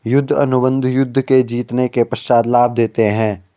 युद्ध अनुबंध युद्ध के जीतने के पश्चात लाभ देते हैं